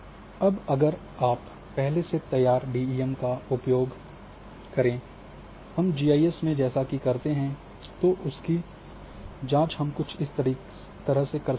अब अगर एक पहले से तैयार डीईएम है का उपयोग हम जीआईएस में करते हैं तो उसकी जांच हम कुछ इस तरह से कर सकते हैं